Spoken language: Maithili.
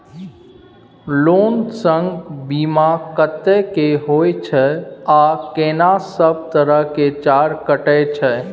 लोन संग बीमा कत्ते के होय छै आ केना सब तरह के चार्ज कटै छै?